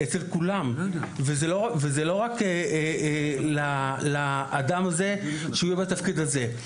זה לא רק לאדם שיהיה בתפקיד הזה.